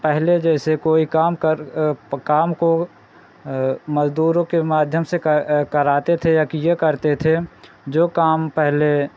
पहले जैसे कोई काम कर प काम को मज़दूरों के माध्यम से क कराते थे या कि यह करते थे जो काम पहले